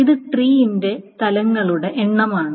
ഇത് ട്രീന്റെ തലങ്ങളുടെ എണ്ണമാണ്